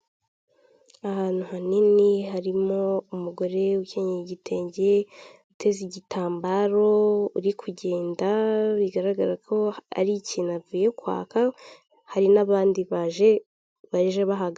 Ahantu hanini harimo umugore ukenyeye igitenge, uteze igitambato, uri kugenda bigaragara ko ari ikintu avuye kwaka, hari nabandi baje, baje bahagana.